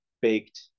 baked